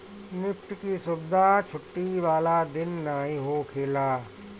NEFT के सुविधा छुट्टी वाला दिन नाइ होखेला